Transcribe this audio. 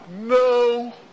No